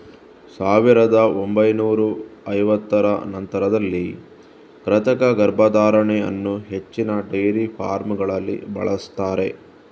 ಸಾವಿರದ ಒಂಬೈನೂರ ಐವತ್ತರ ನಂತರದಲ್ಲಿ ಕೃತಕ ಗರ್ಭಧಾರಣೆ ಅನ್ನು ಹೆಚ್ಚಿನ ಡೈರಿ ಫಾರ್ಮಗಳಲ್ಲಿ ಬಳಸ್ತಾರೆ